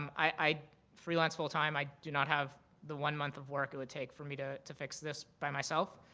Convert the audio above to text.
um i freelance full time. i do not have the one month of work it would take for me to to fix this by myself.